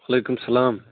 وعلیکُم السلام